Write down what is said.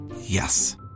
Yes